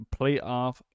playoff